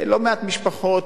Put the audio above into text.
לא מעט משפחות